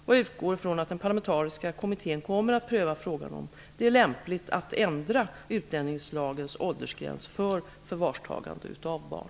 Jag utgår ifrån att den parlamentariska kommittén kommer att pröva frågan om det är lämpligt att ändra utlänningslagens åldersgräns för förvarstagande av barn.